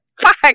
Fuck